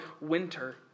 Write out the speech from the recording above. winter